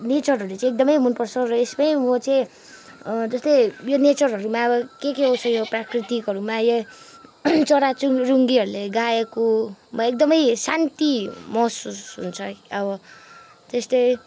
नेचरहरू चाहिँ एकदमै मन पर्छ र यसमै म चाहिँ जस्तै यो नेचरहरूमा अब के के आउँछ यो प्राकृतिकहरूमा यो चरा चुरुङ्गीहरूले गाएको म एकदमै शान्ति महसुस हुन्छ अब त्यस्तै